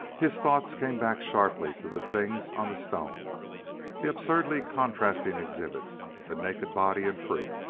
his thoughts came back sharply to the things on the stone the absurdly contrasting exhibits a naked body and fruit!